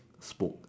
spoke